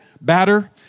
batter